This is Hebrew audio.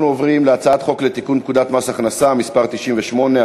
אנחנו עוברים להצעת חוק לתיקון פקודת מס הכנסה (מס' 198),